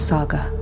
Saga